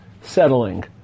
settling